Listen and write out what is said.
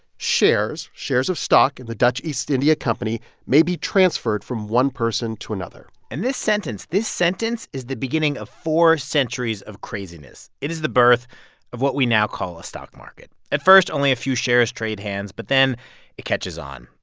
shares shares of stock in and the dutch east india company may be transferred from one person to another and this sentence this sentence is the beginning of four centuries of craziness. it is the birth of what we now call a stock market. at first, only a few shares trade hands, but then it catches on.